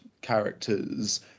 characters